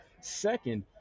Second